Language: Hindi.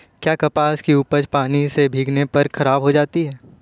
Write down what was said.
क्या कपास की उपज पानी से भीगने पर खराब हो सकती है?